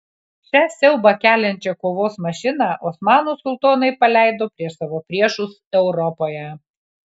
šią siaubą keliančią kovos mašiną osmanų sultonai paleido prieš savo priešus europoje